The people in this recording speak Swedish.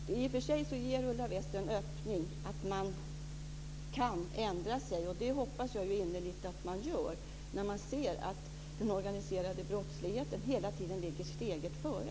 I och för sig lämnar Ulla Wester en öppning för att man kan ändra sig. Jag hoppas innerligt att man gör det, när man ser att den organiserade brottsligheten hela tiden ligger steget före.